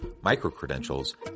micro-credentials